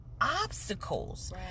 obstacles